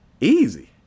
Easy